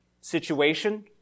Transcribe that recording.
situation